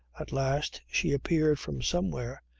at last she appeared from somewhere.